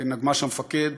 נגמ"ש המפקד.